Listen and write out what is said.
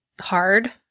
hard